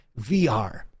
vr